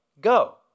go